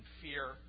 fear